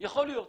יכול להיות.